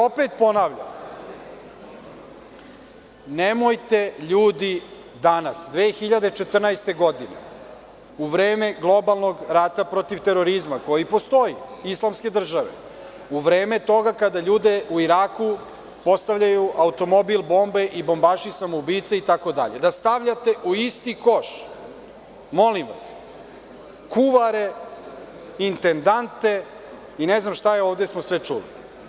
Opet ponavljam, nemojte ljudi danas, 2014. godine, u vreme globalnog rata protiv terorizma, koji postoji, islamske države, u vreme toga kada ljudi u Iraku postavljaju automobil bombe i bombaši samoubice itd, da stavljate u isti koš, molim vas, kuvare, intendante i ne znam šta smo ovde sve čuli.